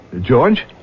George